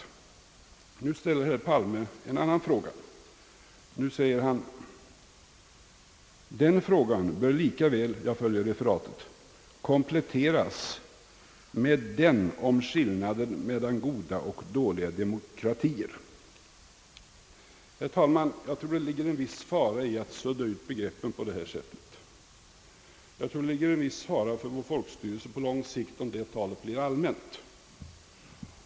Statsrådet Palme ställde emellertid också en annan fråga — jag följer nu referatet — och den lyder så här: »Den frågan som någon ställt om skillnaden mellan goda och dåliga diktaturer bör lika väl kompletteras med den om skillnaden mellan goda och dåliga demokratier.» Herr talman! Jag tror att det ligger en fara i att sudda ut begreppen på detta sätt. Det ligger en viss fara för vår folkstyrelse på lång sikt, om detta tal blir allmänt.